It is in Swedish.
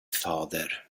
fader